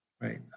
Right